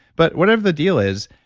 but whatever the deal is,